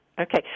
Okay